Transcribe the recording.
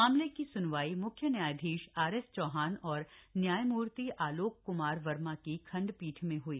मामले की स्नवाई म्ख्य न्यायधीश आरएस चौहान और न्यायमूर्ति आलोक कुमार वर्मा की खंडपीठ में ह्ई